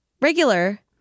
regular